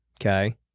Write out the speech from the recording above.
okay